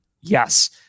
yes